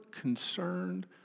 concerned